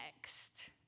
next